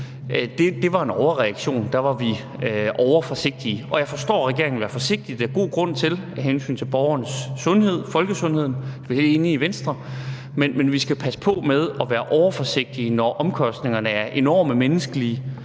Det var en overreaktion; der var vi overforsigtige. Og jeg forstår, at regeringen vil være forsigtig – det er der god grund til af hensyn til borgernes sundhed, folkesundheden – og det er vi i Venstre enige i, men vi skal passe på med at være overforsigtige, når der er enorme menneskelige